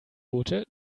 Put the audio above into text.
boote